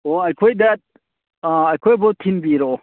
ꯑꯣ ꯑꯩꯈꯣꯏꯗ ꯑꯥ ꯑꯩꯈꯣꯏ ꯐꯥꯎ ꯊꯤꯟꯕꯤꯔꯛꯑꯣ